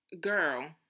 Girl